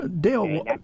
Dale